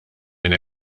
minn